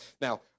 Now